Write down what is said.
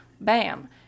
bam